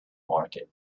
market